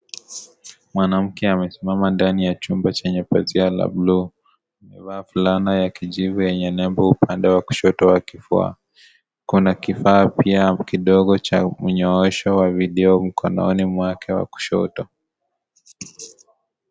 Mwanamke amesimama ndani ya chumba chenye pazia la bluu . Amevaa fulana ya kijivu yenye nembo upande wa kushoto wa kifua. Kuna kifaa pia kidogo cha unyoosho wa video mkononi mwake wa kushoto